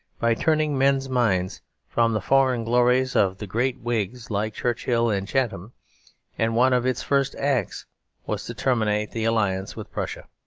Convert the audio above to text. by turning men's minds from the foreign glories of the great whigs like churchill and chatham and one of its first acts was to terminate the alliance with prussia.